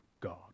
God